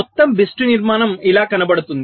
మొత్తం BIST నిర్మాణం ఇలా కనబడుతుంది